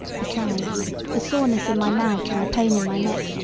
besides the soreness in my mouth, and the pain in my neck,